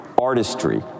artistry